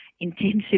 intensive